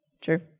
True